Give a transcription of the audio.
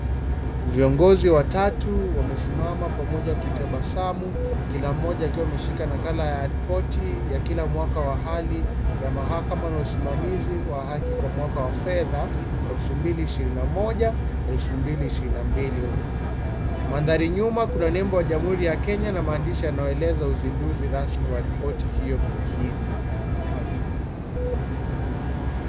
Viongozi watatu, wamesimama pamoja wakitabasamu. Kila mmoja akiwa ameshika nakala ya repoti ya kila mwaka wa hali ya mahakama na usimamizi wa haki kwa mwaka wa fedha ,2021/2022.Mandhari nyuma kuna nembo ya jamhuri ya Kenya na mandishi yanayoeleza uzinduzi rasmi wa ripoti hiyo muhimu.